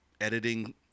editing